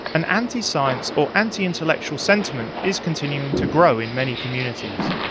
an anti-science, or anti-intellectual, sentiment is continuing to grow in many communities.